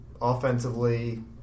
offensively